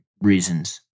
reasons